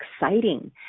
exciting